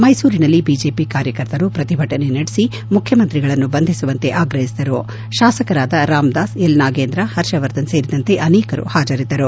ಮೈಸೂರಿನಲ್ಲಿ ಬಿಜೆಪಿ ಕಾರ್ಯಕರ್ತರು ಪ್ರತಿಭಟನೆ ನಡೆಸಿ ಮುಖ್ಯಮಂತ್ರಿಗಳನ್ನು ಬಂಧಿಸುವಂತೆ ಆಗ್ರಹಿಸಿದರು ಶಾಸಕರಾದ ರಾಮದಾಸ್ ಎಲ್ ನಾಗೇಂದ್ರ ಹರ್ಷವರ್ಧನ್ ಸೇರಿದಂತೆ ಆನೇಕರು ಹಾಜರಿದ್ದರು